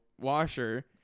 washer